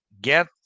get